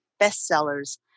bestsellers